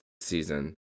season